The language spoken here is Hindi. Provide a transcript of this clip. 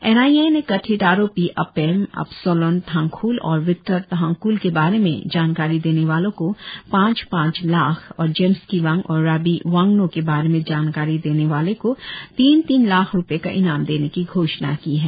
एन आई ए ने कथित आरोपी अपेम अबसोलन तांगखूल और विक्टर की जानकारी देने वाले को पांच पांच लाख और जेम्स किवांग और राबी वांगनो के बारे में जानकारी देने वाले को तीन तीन लाख़ रुपये का इनाम देने की घोषणा की है